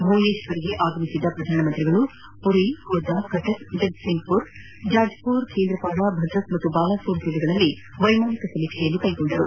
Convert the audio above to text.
ಭುವನೇಶ್ವರ್ಗೆ ಆಗಮಿಸಿದ ಪ್ರಧಾನಿ ಪುರಿ ಖುರ್ದಾ ಕಟಕ್ ಜಗತ್ಸಿಂಗಪುರ ಜಾಜಪುರ ಕೇಂದ್ರಪರಾ ಭದ್ರಕ್ ಮತ್ತು ಬಾಲಾಸೋರ್ ಜಿಲ್ಲೆಗಳಲ್ಲಿ ವೈಮಾನಿಕ ಸಮೀಕ್ಷೆ ನಡೆಸಿದರು